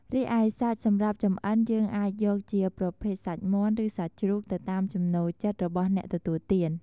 រីឯសាច់សម្រាប់ចំអិនយើងអាចយក ជាប្រភេទសាច់មាន់ ឬសាច់ជ្រូក ទៅតាមចំណូលចិត្តរបស់អ្នកទទួលទាន។